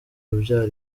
urubyaro